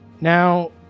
Now